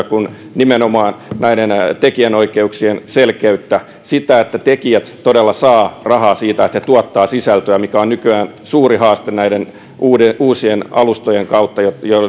kuin nimenomaan näiden tekijänoikeuksien selkeyttä sitä että tekijät todella saavat rahaa siitä että he tuottavat sisältöä mikä on nykyään suuri haaste näiden uusien alustojen kautta